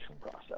process